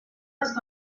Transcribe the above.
las